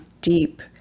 deep